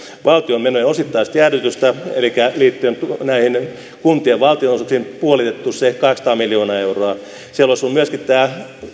valtion menojen osittaista jäädystä elikkä liittyen näihin kuntien valtionosuuksiin olisi puolitettu se kahdeksansataa miljoonaa euroa siellä olisi ollut myöskin tämä